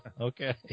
Okay